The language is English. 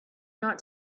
not